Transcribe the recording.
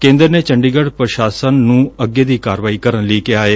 ਕੇਦਰ ਨੇ ਚੰਡੀਗੜੁ ਪੁਸ਼ਾਸਕ ਨੂੰ ਅੱਗੇ ਦੀ ਕਾਰਵਾਈ ਕਰਨ ਲਈ ਕਿਹਾ ਏ